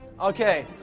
Okay